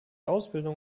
ausbildung